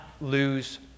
lose